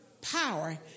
power